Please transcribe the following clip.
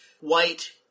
White